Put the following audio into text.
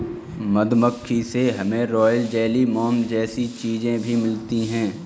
मधुमक्खी से हमे रॉयल जेली, मोम जैसी चीजे भी मिलती है